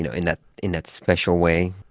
you know in that in that special way?